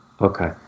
Okay